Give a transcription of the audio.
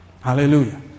Hallelujah